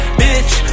bitch